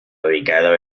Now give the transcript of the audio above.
ubicado